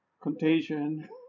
contagion